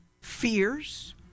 fears